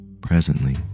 presently